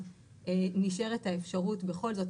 אז נשארת האפשרות בכל זאת,